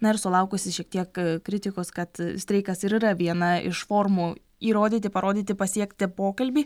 na ir sulaukusi šiek tiek kritikos kad streikas ir yra viena iš formų įrodyti parodyti pasiekti pokalbį